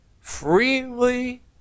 freely